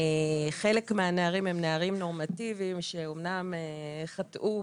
חלק מהנערים הם נערים נורמטיביים שאמנם חטאו,